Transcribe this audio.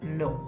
no